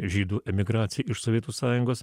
žydų emigracija iš sovietų sąjungos